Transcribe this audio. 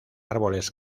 árboles